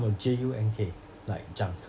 no J U N K like junk